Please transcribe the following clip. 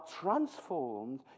transformed